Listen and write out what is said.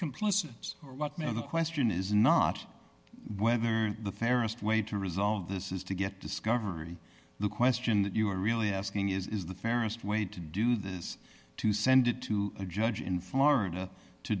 complicit or whatever the question is not whether the fairest way to resolve this is to get discovery the question that you are really asking is the fairest way to do this to send it to a judge in florida to